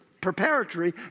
preparatory